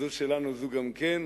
זו שלנו, זו גם כן.